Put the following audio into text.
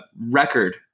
record